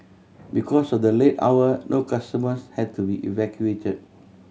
because of the late hour no customers had to be evacuated